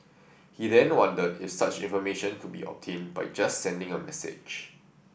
he then wondered if such information could be obtained by just sending a message